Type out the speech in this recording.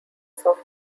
soft